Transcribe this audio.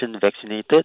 vaccinated